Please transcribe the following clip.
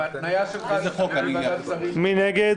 מי נגד?